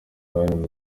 nanone